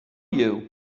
you